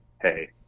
hey